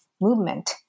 movement